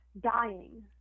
dying